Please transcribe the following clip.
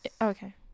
okay